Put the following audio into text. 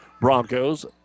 Broncos